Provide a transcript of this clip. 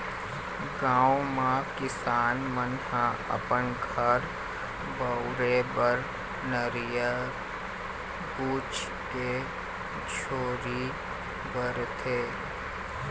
गाँव म किसान मन ह अपन घर बउरे बर नरियर बूच के डोरी बरथे